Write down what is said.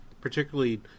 particularly